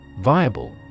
Viable